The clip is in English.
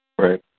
Right